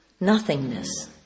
Nothingness